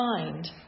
find